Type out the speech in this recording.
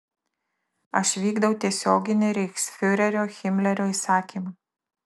aš vykdau tiesioginį reichsfiurerio himlerio įsakymą